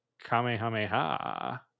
Kamehameha